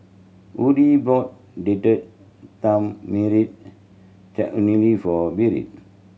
Audy bought Date Tamarind Chutney for Britt